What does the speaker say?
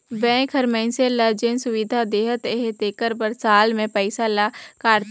bank हर मइनसे ल जेन सुबिधा देहत अहे तेकर बर साल में पइसा ल काटथे